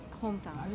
hometown